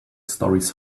stories